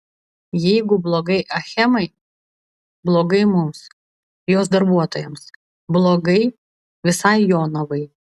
jeigu blogai achemai blogai mums jos darbuotojams blogai visai jonavai